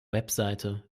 website